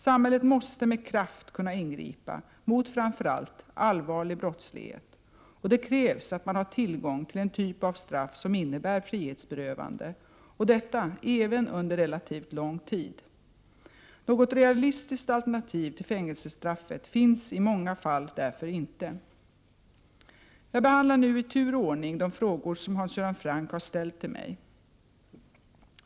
Samhället måste med kraft kunna ingripa mot framför allt allvarlig brottslighet, och det krävs att man har tillgång till en typ av straff som innebär frihetsberövande och detta även under relativt lång tid. Något realistiskt alternativ till fängelsestraffet finns i många fall därför inte. Jag behandlar nu i tur och ordning de frågor som Hans Göran Franck har ställt till mig.